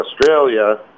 Australia